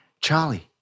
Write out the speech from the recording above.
Charlie